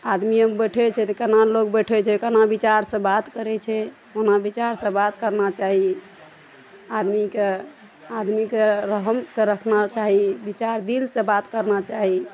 आदमिये एक बैसै छै तऽ केना लोग बैसै छै केना बिचार सऽ बात करै छै ओना बिचार सऽ बात करना चाही आदमी शके आदमी कए रहम तऽ रखना चाही बिचार दिल सए बात करना चाही